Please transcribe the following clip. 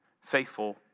faithful